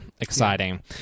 exciting